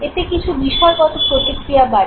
এতে কিছু বিষয়গত প্রতিক্রিয়া বাড়ে